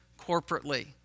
corporately